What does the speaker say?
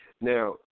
Now